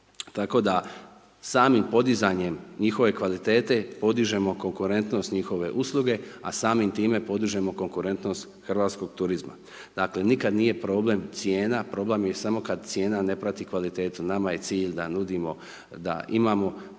Tako da samim podizanjem njihove kvalitete podižemo konkurentnost njihove usluge, a samim time podižemo konkurentnost hrvatskog turizma. Dakle, nikad nije problem cijena, problem je samo kad cijena ne prati kvalitetu nama je cilj da nudimo da imao vrlo dobre